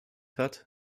hat